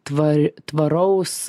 tvari tvaraus